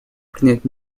принять